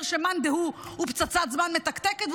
אומר שמאן דהוא הוא פצצת זמן מתקתקת,